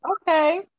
okay